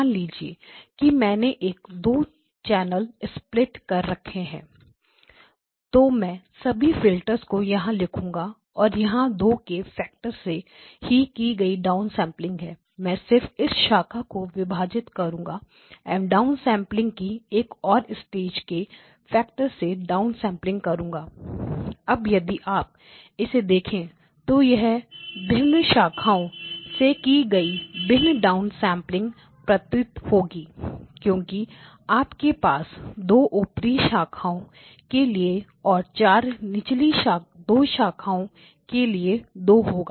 मान लीजिए कि मैंने एक 2 चैनल स्प्लिट करें है तो मैं सभी फिल्टर को यहां लिखूंगा और यहां दो के फैक्टर से ही की गई डाउनसेंपलिंग है मैं सिर्फ इस शाखा को विभाजित करूंगा एवं डाउनसेंपलिंग की एक ओर स्टेज के फैक्टर से डाउनसेंपलिंग करूंगा अब यदि आप इसे देखें तो यह विभिन्न शाखाओं से की गई भिन्न डाउनसेंपलिंग प्रतीत होगी क्योंकि आपके पास दो ऊपरी शाखाओं के लिए चार और निचली दो शाखाओंlower 2 branch के लिए दो होगा